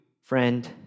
friend